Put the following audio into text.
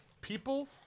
People